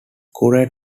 corey